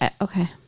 Okay